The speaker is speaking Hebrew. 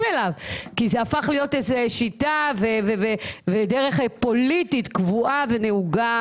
אליו כי זה הפך להיות איזה שיטה ודרך פוליטית קבועה ונהוגה